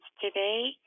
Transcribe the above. today